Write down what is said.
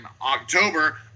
October